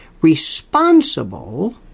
responsible